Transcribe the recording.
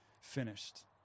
finished